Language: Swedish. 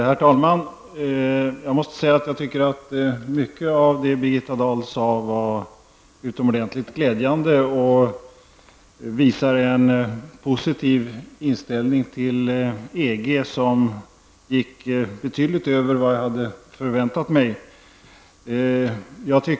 Herr talman! Mycket av det Birgitta Dahl sade var utomordentligt glädjande och visar på en positiv inställning till EG som gick betydligt utöver vad jag hade förväntat mig.